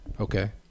Okay